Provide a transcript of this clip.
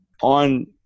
on